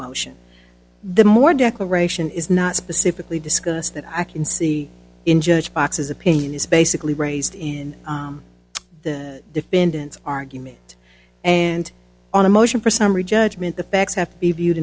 motion the more declaration is not specifically discussed that i can see in judge boxes opinion is basically raised in the defendant's argument and on a motion for summary judgment the facts have to be viewed